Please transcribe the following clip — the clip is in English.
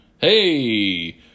Hey